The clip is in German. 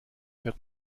hört